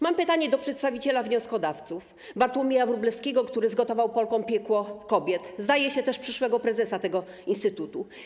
Mam pytanie do przedstawiciela wnioskodawców Bartłomieja Wróblewskiego, który zgotował Polkom piekło kobiet, zdaje się, też przyszłego prezesa tego instytutu.